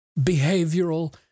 behavioral